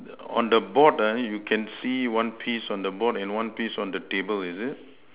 on the board ah you can see one piece on the board and one piece on the table is it